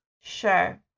Sure